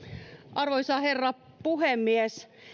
arvoisa herra puhemies